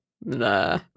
nah